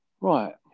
right